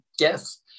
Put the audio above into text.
yes